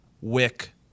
Wick